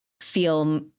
feel